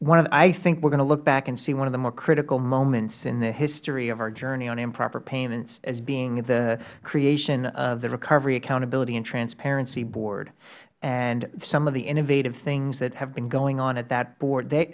directly i think we are going to look back and see one of the most critical moments in the history of our journey in improper payments as being the creation of the recovery accountability and transparency board and some of the innovative things that have been going on at that board they